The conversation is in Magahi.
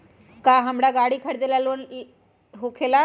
का हमरा गारी खरीदेला लोन होकेला?